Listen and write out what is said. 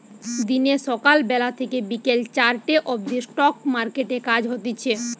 দিনে সকাল বেলা থেকে বিকেল চারটে অবদি স্টক মার্কেটে কাজ হতিছে